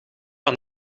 aan